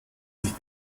sich